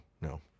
no